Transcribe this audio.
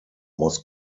was